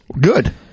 Good